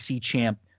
champ